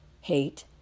hate